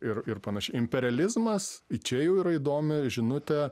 ir ir panašiai imperializmas čia jau yra įdomi žinutė